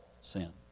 sin